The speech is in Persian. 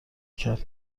کرد